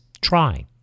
Try